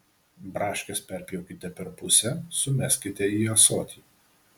braškes perpjaukite per pusę sumeskite į ąsotį